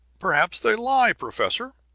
perhaps they lie, professor!